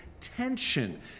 tension